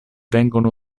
vengono